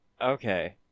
okay